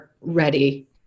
ready